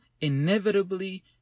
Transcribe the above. inevitably